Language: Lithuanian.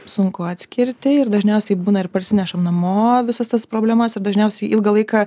sunku atskirti ir dažniausiai būna ir parsinešam namo visas tas problemas ir dažniausiai ilgą laiką